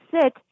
sit